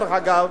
דרך אגב,